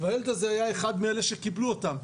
והילד הזה היה אחד מאלה שקיבלו אותן.